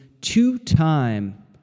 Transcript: two-time